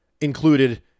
included